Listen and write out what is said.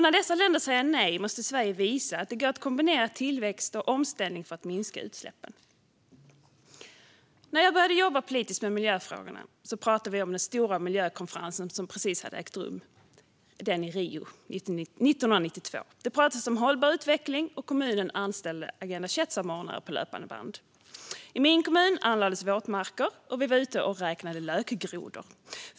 När dessa länder säger nej måste Sverige visa att det går att kombinera tillväxt och omställning för att minska utsläppen. När jag började jobba politiskt med miljöfrågorna pratade vi om den stora miljökonferensen som precis hade ägt rum i Rio 1992. Det pratades om hållbar utveckling, och kommunerna anställde Agenda 21-samordnare på löpande band. I min hemkommun anlades våtmarker, och vi var ute och räknade lökgrodor.